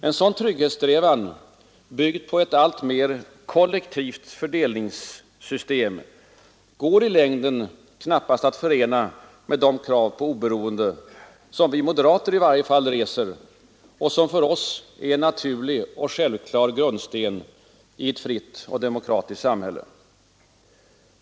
En sådan trygghetssträvan, byggd på ett alltmera kollektivt fördelningssystem, går i längden knappast att förena med de krav på oberoende som i varje fall vi moderater reser och som för oss är en naturlig och självklar byggsten i ett fritt och demokratiskt samhälle.